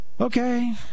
Okay